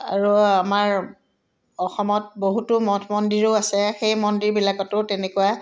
আৰু আমাৰ অসমত বহুতো মঠ মন্দিৰো আছে সেই মন্দিৰবিলাকতো তেনেকুৱা